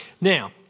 Now